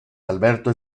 alberto